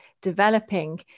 developing